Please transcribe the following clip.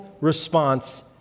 response